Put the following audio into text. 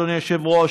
אדוני היושב-ראש,